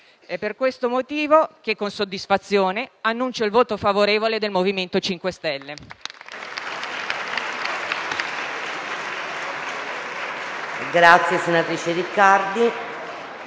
È per questo motivo che, con soddisfazione, annuncio il voto favorevole del MoVimento 5 Stelle.